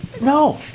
No